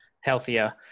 healthier